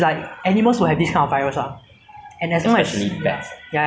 or like handle them incorrectly right like cross contamination all that kind of thing right